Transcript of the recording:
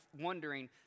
wondering